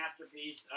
masterpiece